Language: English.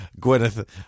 Gwyneth